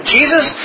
Jesus